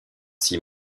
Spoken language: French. six